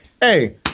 hey